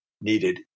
needed